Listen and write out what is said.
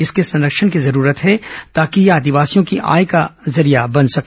इसके संरक्षण की जरूरत है ताकि यह आदिवासियों की आय का जरिया बन सके